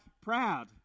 proud